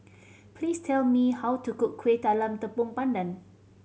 please tell me how to cook Kueh Talam Tepong Pandan